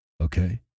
Okay